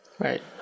Right